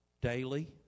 daily